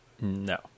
No